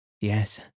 Yes